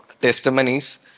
testimonies